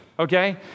okay